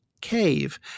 cave